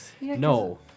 no